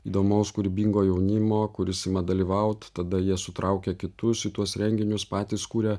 įdomaus kūrybingo jaunimo kuris ima dalyvaut tada jie sutraukia kitus į tuos renginius patys kuria